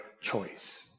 choice